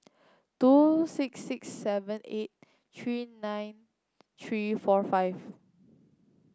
two six six seven eight three nine three four five